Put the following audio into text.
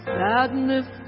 sadness